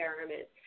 experiment